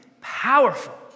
powerful